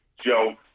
Joe